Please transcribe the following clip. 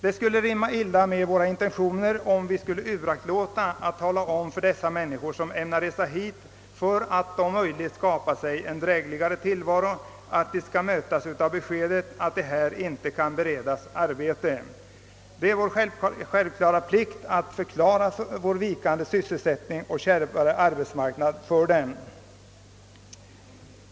Det skulle rimma illa med våra intentioner om vi skulle uraktlåta att tala om för de människor som ämnar resa hit i hopp om att kunna skapa sig en drägligare tillvaro, att de kommer att mötas av be skedet att de inte kan beredas arbete. Det är vår självklara plikt att förklara för dem att vår arbetsmarknad har blivit kärvare.